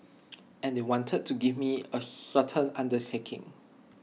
and they wanted to me to give A certain undertaking